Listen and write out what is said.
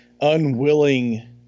unwilling